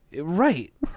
Right